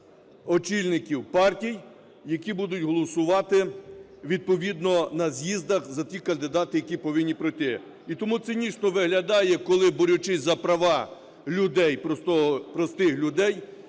очільників партій, які будуть голосувати відповідно на з'їздах за тих кандидатів, які повинні пройти. І тому цинічно виглядає, коли, борючись за права людей, простих людей,